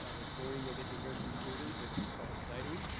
ah this morning you'll get to hear from students which is quite exciting.